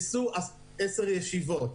ישבו עשר ישיבות.